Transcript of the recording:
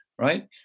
right